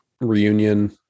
reunion